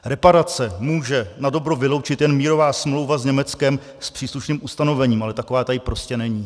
Reparace může nadobro vyloučit jen mírová smlouva s Německem s příslušným ustanovením, ale taková tady prostě není.